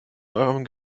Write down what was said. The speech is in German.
eurem